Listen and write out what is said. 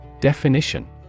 Definition